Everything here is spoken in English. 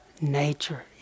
nature